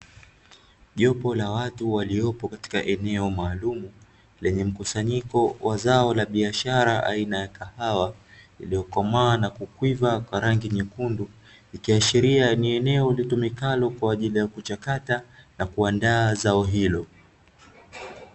Jopo la watu waliopo katika eneo maalumu lenye mkusanyiko wa zao la biashara aina ya kahawa iliokomaa na kuivaa kwa rangi nyekundu ikiashiria ni eneo litumikalo kwa ajili ya kuchakata na kuandaa zao hilo.